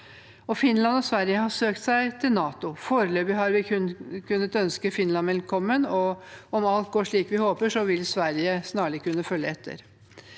Finland og Sverige har søkt seg til NATO. Foreløpig har vi kun kunnet ønske Finland velkommen. Om alt går slik vi håper, vil Sverige snarlig kunne følge etter.